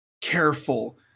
careful